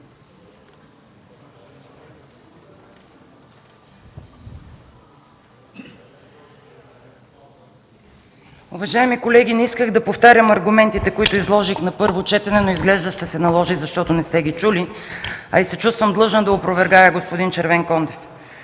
Уважаеми колеги, не исках да повтарям аргументите, които изложих на първо четене, но изглежда ще се наложи, защото не сте ги чули, а и се чувствам длъжна да опровергая господин Червенкондев.